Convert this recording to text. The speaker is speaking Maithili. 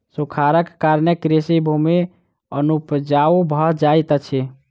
सूखाड़क कारणेँ कृषि भूमि अनुपजाऊ भ जाइत अछि